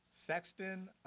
Sexton